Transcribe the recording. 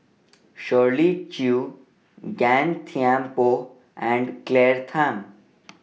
Shirley Chew Gan Thiam Poh and Claire Tham